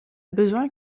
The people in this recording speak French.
besoin